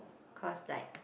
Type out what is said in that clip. cause like